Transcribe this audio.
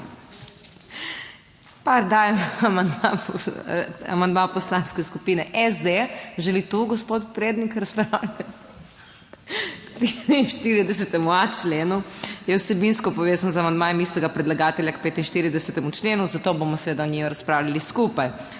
amandma…, amandma Poslanske skupine SD. Želi tu gospod Prednik razpravljati k 43.a členu je vsebinsko povezan z amandmajem istega predlagatelja k 45. členu. Zato bomo seveda o njiju razpravljali skupaj.